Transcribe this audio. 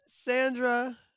Sandra